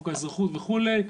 חוק האזרחות וכולי.